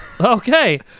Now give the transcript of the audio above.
Okay